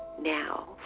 now